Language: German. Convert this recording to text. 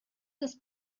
ist